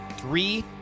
three